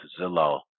Zillow